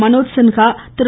Manoj Sinha Thiru